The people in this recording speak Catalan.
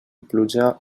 pluja